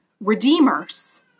redeemers